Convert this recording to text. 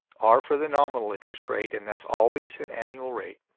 r for the nominal interest rate and that's always an annual rate.